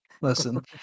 listen